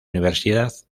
universidad